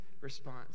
response